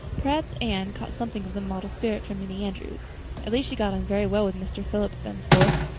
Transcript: perhaps anne caught something of the model spirit from minnie andrews at least she got on very well with mr. phillips thenceforth.